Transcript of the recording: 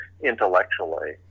intellectually